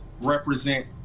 represent